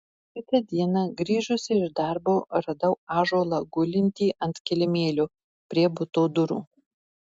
kitą dieną grįžusi iš darbo radau ąžuolą gulintį ant kilimėlio prie buto durų